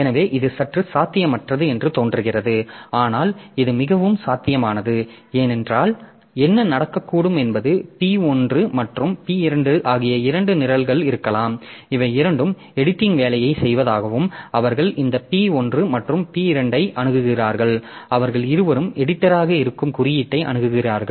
எனவே இது சற்று சாத்தியமற்றது என்று தோன்றுகிறது ஆனால் இது மிகவும் சாத்தியமானது ஏனென்றால் என்ன நடக்கக்கூடும் என்பது P1 மற்றும் P2 ஆகிய இரண்டு நிரல்கள் இருக்கலாம் இவை இரண்டும் எடிட்டிங் வேலையைச் செய்வதாகவும் அவர்கள் இந்த P1 மற்றும் P2 ஐ அணுகுகிறார்கள் அவர்கள் இருவரும் எடிட்டராக இருக்கும் குறியீட்டை அணுகுகிறார்கள்